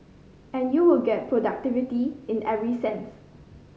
and you would get productivity in every sense